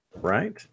Right